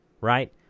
right